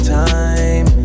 time